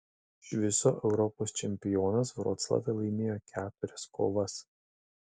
iš viso europos čempionas vroclave laimėjo keturias kovas